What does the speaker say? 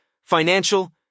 financial